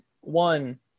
one